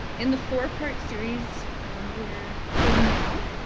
in the four-part series we're in now,